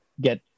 get